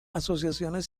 asociaciones